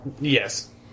Yes